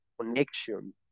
connection